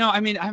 i mean, um